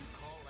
call